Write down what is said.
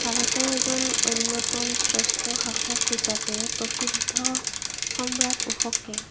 ভাৰতৰ এজন অন্যতম শ্ৰেষ্ঠ শাসক হিচাপে প্ৰসিদ্ধ সম্ৰাট অশোকে